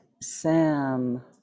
sam